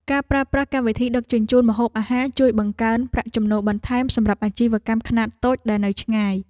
ការប្រើប្រាស់កម្មវិធីដឹកជញ្ជូនម្ហូបអាហារជួយបង្កើនប្រាក់ចំណូលបន្ថែមសម្រាប់អាជីវកម្មខ្នាតតូចដែលនៅឆ្ងាយ។